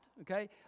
Okay